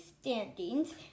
standings